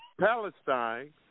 Palestine